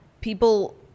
people